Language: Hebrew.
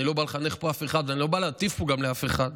אני לא בא לחנך פה אף אחד וגם לא בא להטיף פה לאף אחד.